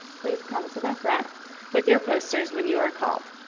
please come to the front with your posters when you are called.